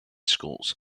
schools